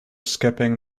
skipping